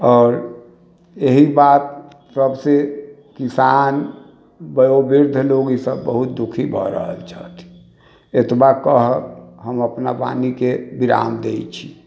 आओर एहि बात सबसे किसान वयोवृद्ध लोक इसब बहुत दुखी भऽ रहल छथि एतबा कहब हम अपना वाणी के विराम दय छी